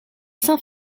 saint